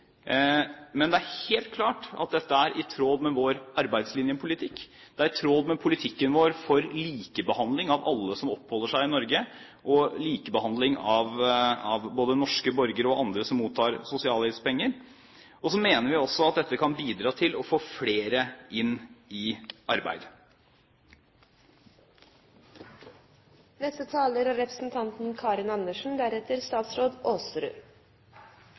Men det er helt klart at dette er i tråd med vår arbeidslinjepolitikk, det er i tråd med vår politikk for likebehandling av alle som oppholder seg i Norge, og likebehandling av både norske borgere og andre som mottar sosialhjelpspenger – og så mener vi at dette kan bidra til å få flere inn i arbeid. Presidenten tolker innlegget til representanten